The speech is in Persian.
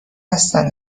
هستن